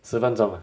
十分钟